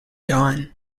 done